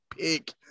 pick